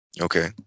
Okay